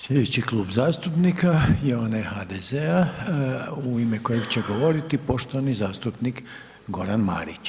Sljedeći klub zastupnika je onaj HDZ-a u ime kojeg će govoriti poštovani zastupnik Goran Marić.